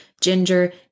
ginger